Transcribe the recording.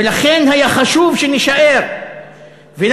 ולכן היה חשוב שנישאר ונצביע,